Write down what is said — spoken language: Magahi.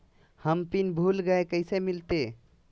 हम पिन भूला गई, कैसे मिलते?